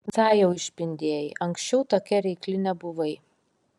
visai jau išpindėjai anksčiau tokia reikli nebuvai